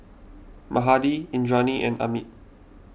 Mahade Indranee and Amit